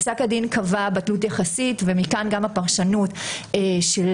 פסק הדין קבע בטלות יחסית ומכאן גם הפרשנות שלנו,